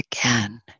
again